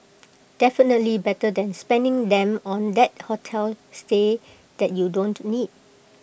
definitely better than spending them on that hotel stay that you don't need